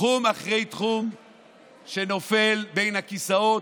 תחום אחרי תחום שנופל בין הכיסאות,